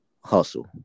hustle